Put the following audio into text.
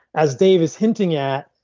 as dave is hinting at,